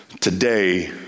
today